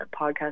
podcast